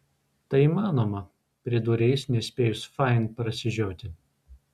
tai įmanoma pridūrė jis nespėjus fain prasižioti